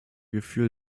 gefühl